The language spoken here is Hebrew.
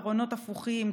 ארונות הפוכים,